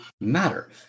matter